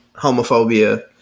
homophobia